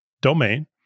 domain